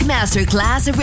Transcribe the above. Masterclass